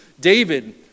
David